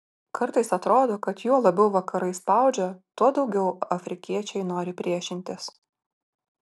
kartais atrodo kad juo labiau vakarai spaudžia tuo daugiau afrikiečiai nori priešintis